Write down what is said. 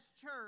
church